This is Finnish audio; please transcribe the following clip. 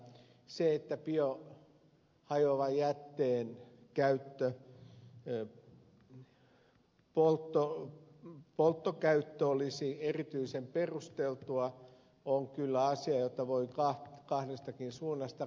se että biohajoavan jätteen polttokäyttö olisi erityisen perusteltua on kyllä asia jota voi kahdestakin suunnasta katsoa